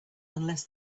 unless